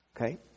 Okay